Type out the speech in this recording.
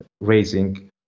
raising